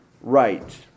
right